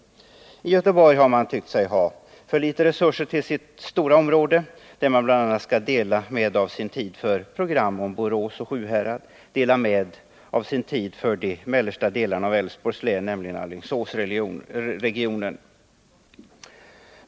Och i Göteborg har man tyckt sig ha för litet resurser till sitt stora område, där man bl.a. skall dela med sig av sin tid för program om Borås och Sjuhärad och till de mellersta delarna av Älvsborgs län, nämligen Alingsåsregionen.